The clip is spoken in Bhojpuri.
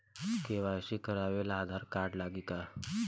के.वाइ.सी करावे ला आधार कार्ड लागी का?